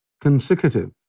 consecutive